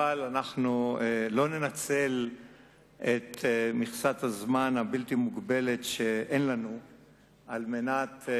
אבל אנחנו לא ננצל את מכסת הזמן הבלתי מוגבלת שאין לנו על מנת,